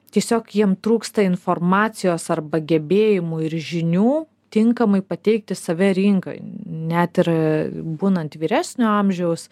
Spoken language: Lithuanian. tiesiog jiem trūksta informacijos arba gebėjimų ir žinių tinkamai pateikti save rinkai net ir būnant vyresnio amžiaus